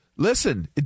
Listen